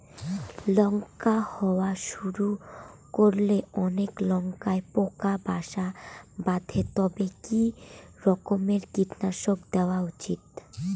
লঙ্কা হওয়া শুরু করলে অনেক লঙ্কায় পোকা বাসা বাঁধে তবে কি রকমের কীটনাশক দেওয়া উচিৎ?